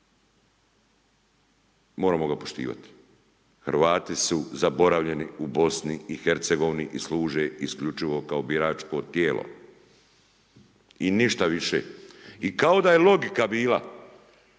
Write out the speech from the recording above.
moramo ga poštivati. Hrvati su zaboravljeni u Bosni i Hercegovini i služe isključivo kao biračko tijelo i ništa više. I kao da je logika bila,